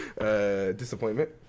Disappointment